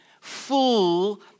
full